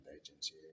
agency